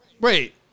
Wait